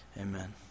amen